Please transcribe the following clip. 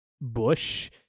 Bush